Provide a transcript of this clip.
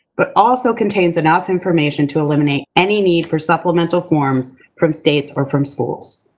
but also contains enough information to eliminate any need for supplemental forms from states or from schools.